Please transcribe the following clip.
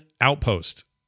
outpost